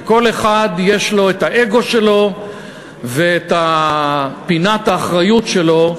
שלכל אחד יש לו האגו שלו ופינת האחריות שלו,